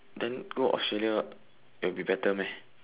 then go Australia ah it'll be better meh